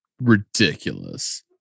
ridiculous